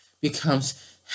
becomes